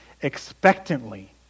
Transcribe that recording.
expectantly